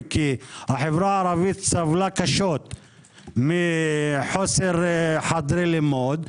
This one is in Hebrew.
כי החברה הערבית סבלה קשות מחוסר חדרי לימוד,